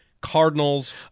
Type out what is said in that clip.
Cardinals